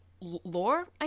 lore